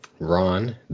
Ron